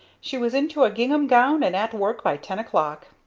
she was into a gingham gown and at work by ten o'clock!